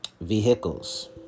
vehicles